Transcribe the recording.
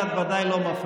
לי את ודאי לא מפריעה.